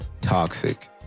Toxic